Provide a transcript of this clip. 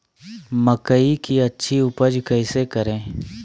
मकई की अच्छी उपज कैसे करे?